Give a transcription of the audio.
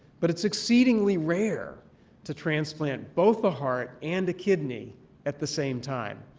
but it's exceedingly rare to transplant both a heart and a kidney at the same time.